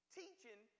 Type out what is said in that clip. teaching